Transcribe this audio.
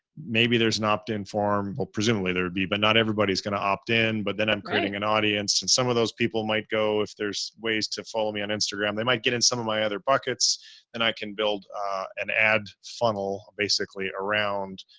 maybe there's an opt in form, presumably there'd be, but not everybody's going to opt in. but then i'm creating an audience and some of those people might go, if there's ways to follow me on instagram, they might get in some of my other buckets and i can build an ad funnel basically around